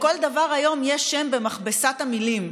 לכל דבר היום יש שם במכבסת המילים.